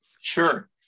Sure